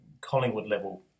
Collingwood-level